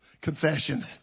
Confession